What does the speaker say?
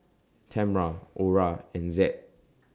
Tamra Orah and Zed